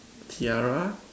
tiara